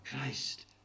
Christ